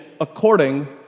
according